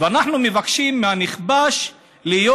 ואנחנו מבקשים מהנכבש להיות